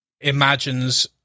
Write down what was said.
imagines